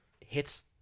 hits